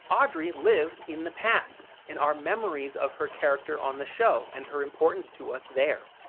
audrey lived in the past, in our memories of her character on the show and her importance to us there.